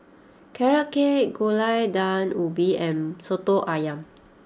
Carrot Cake Gulai Daun Ubi and Soto Ayam